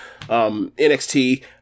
NXT